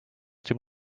dem